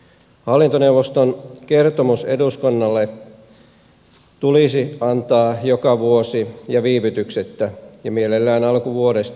hallintoneuvoston kertomus eduskunnalle tulisi antaa joka vuosi viivytyksettä ja mielellään alkuvuodesta